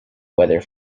weather